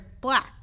black